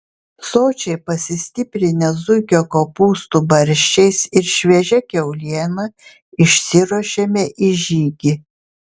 sočiai pasistiprinę zuikio kopūstų barščiais ir šviežia kiauliena išsiruošėme į žygį